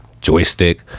joystick